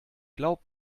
glaub